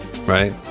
right